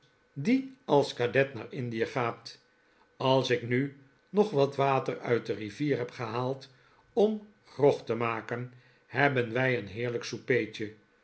die als cadet naar indie gaat als ik nu nog wat water uit de rivier heb gehaald om grog te maken hebben wij een heerlijk